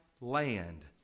land